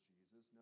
Jesus